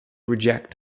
reject